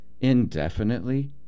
indefinitely